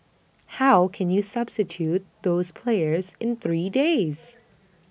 how can you substitute those players in three days